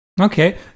okay